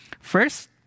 First